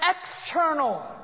external